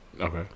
Okay